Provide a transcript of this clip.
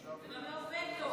וגם לא וטו.